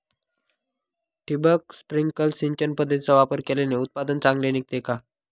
ठिबक, स्प्रिंकल सिंचन पद्धतीचा वापर केल्याने उत्पादन चांगले निघते का?